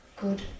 Good